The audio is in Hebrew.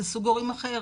זה סוג הורים אחר,